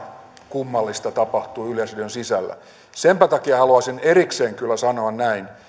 kummallista tapahtuu yleisradion sisällä senpä takia haluaisin erikseen kyllä sanoa näin